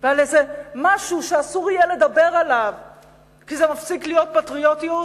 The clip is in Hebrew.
ועל איזה משהו שאסור יהיה לדבר עליו כי זה מפסיק להיות פטריוטיות,